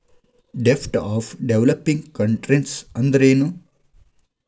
ಡೆಬ್ಟ್ of developing countries ಅಂದ್ರೇನು?